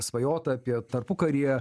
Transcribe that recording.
svajota apie tarpukaryje